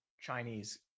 Chinese